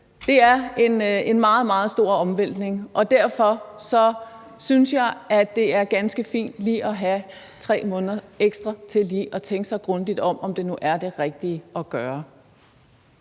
Det er en meget, meget stor omvæltning, og derfor synes jeg, at det er ganske fint at have 3 måneder ekstra til lige at tænke sig grundigt om, om det nu er det rigtige at gøre.